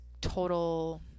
total